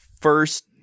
first